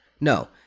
No